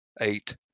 Eight